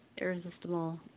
irresistible